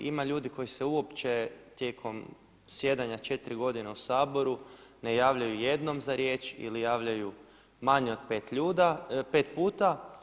Ima ljudi koji se uopće tijekom zasjedanja 4 godine u Saboru ne javljaju jednom za riječ ili javljaju manje od 5 puta.